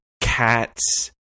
Cats